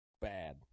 bad